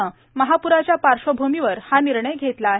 नं महापुराच्या पार्श्वभूमीवर हा निर्णय घेतला आहे